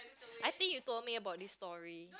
I think you told me about this story